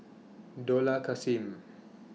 Dollah Kassim